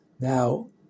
Now